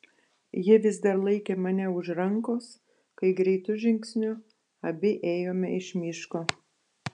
ji vis dar laikė mane už rankos kai greitu žingsniu abi ėjome iš miško